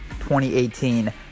2018